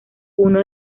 uno